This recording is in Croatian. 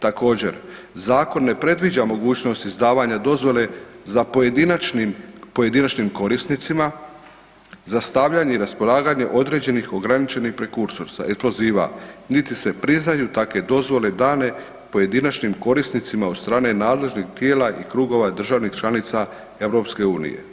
Također, zakon ne predviđa mogućnost izdavanja dozvole za pojedinačnim, pojedinačnim korisnicima za stavljanje i raspolaganje određenih ograničenih prekursorsa eksploziva, niti se priznaju takve dozvole dane pojedinačnim korisnicima od strane nadležnih tijela i krugova državnih članica EU.